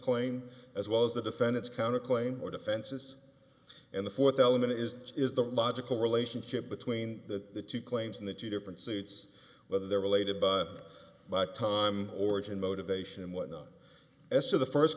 claim as well as the defendant's counter claim or defenses and the fourth element is is the logical relationship between the two claims and the two different suits whether they're related by time origin motivation and whatnot as to the first